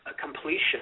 completion